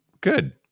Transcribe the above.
good